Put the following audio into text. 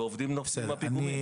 ועובדים נופלים מן הפיגומים.